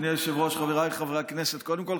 אדוני היושב-ראש, חבריי חברי הכנסת,